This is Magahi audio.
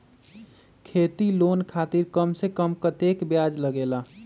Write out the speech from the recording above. खेती लोन खातीर कम से कम कतेक ब्याज लगेला?